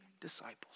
disciples